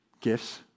gifts